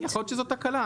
יכול להיות שזו תקלה,